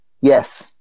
Yes